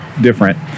different